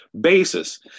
basis